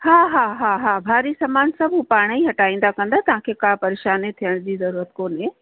हा हा हा हा भारी सामान सभु हू पाणे ई हटाईंदा कंदा तव्हांखे का परेशानी थियण जी जरूअत कोन्हे